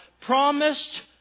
promised